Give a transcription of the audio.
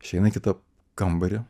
išeina į kitą kambarį